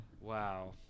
Wow